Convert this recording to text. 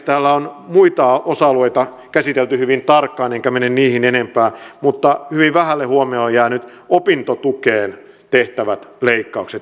täällä on muita osa alueita käsitelty hyvin tarkkaan enkä mene niihin enempää mutta hyvin vähälle huomiolle keskustelussa ovat jääneet opintotukeen tehtävät leikkaukset